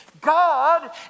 god